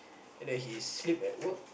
and then he sleep at work